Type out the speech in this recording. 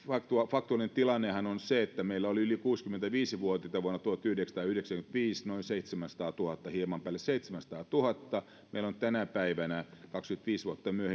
faktuaalinen tilannehan on se että meillä oli yli kuusikymmentäviisi vuotiaita vuonna tuhatyhdeksänsataayhdeksänkymmentäviisi noin seitsemänsataatuhatta hieman päälle seitsemänsataatuhatta ja meillä on tänä päivänä kaksikymmentäviisi vuotta myöhemmin yksi